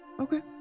Okay